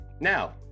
Now